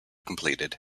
completed